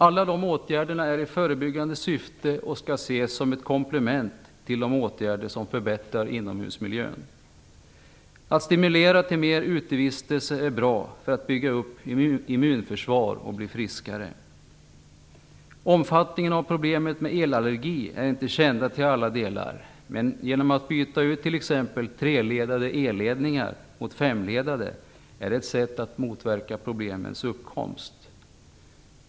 Alla dessa åtgärder är i förebyggande syfte och skall ses som ett komplement till de åtgärder som förbättrar inomhusmiljön. Att stimulera till mer utevistelse är bra för att bygga upp immunförsvaret och bli friskare. Omfattningen av problemet med elallergi är inte känd till alla delar. Men att t.ex. byta ut treledade elledningar mot femledade är ett sätt att motverka problemens uppkomst.